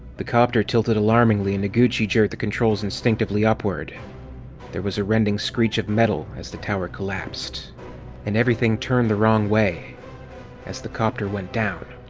the copter tilted alarmingly and noguchi jerked the controls instinctively upward there was a rending screech of metal as the tower collapsed and everything turned the wrong way as the copter went down.